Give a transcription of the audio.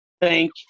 Thank